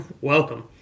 Welcome